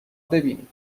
ببینی